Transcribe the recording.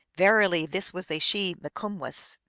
verily this was a she mikumwess.